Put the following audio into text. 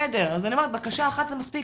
בסדר, אז אני אומרת שבקשה אחת זה מספיק.